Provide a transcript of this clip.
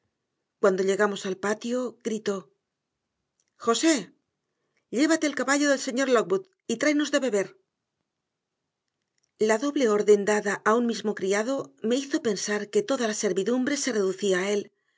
cuando llegamos al patio gritó josé llévate el caballo del señor lockwood y tráenos de beber la doble orden dada a un mismo criado me hizo pensar que toda la servidumbre se reducía a él